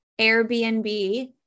Airbnb